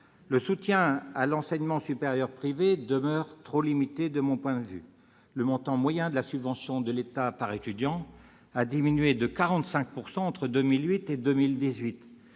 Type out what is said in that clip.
Le soutien à l'enseignement supérieur privé demeure trop limité, de mon point de vue. Le montant moyen de la subvention de l'État par étudiant a diminué de 45 % entre 2008 et 2018.